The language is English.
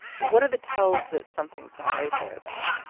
what are the tells that something's not right there, though?